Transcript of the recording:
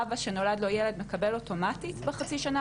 אבא שנולד לו ילד מקבל אוטומטית בחצי שנה